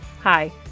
Hi